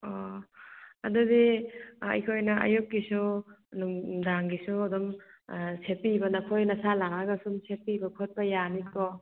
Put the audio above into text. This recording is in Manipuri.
ꯑꯣ ꯑꯗꯨꯗꯤ ꯑꯩꯈꯣꯏꯅ ꯑꯌꯨꯛꯀꯤꯁꯨ ꯅꯨꯡꯗꯥꯡꯒꯤꯁꯨ ꯑꯗꯨꯝ ꯁꯦꯠꯄꯤꯕ ꯅꯈꯣꯏ ꯅꯁꯥ ꯂꯥꯛꯑꯒ ꯁꯨꯝ ꯁꯦꯠꯄꯤꯕ ꯈꯣꯠꯄꯤꯕ ꯌꯥꯅꯤꯀꯣ